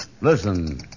Listen